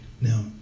Now